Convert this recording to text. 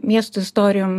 miesto istorijom